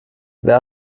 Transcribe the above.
wer